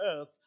earth